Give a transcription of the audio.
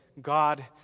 God